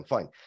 Fine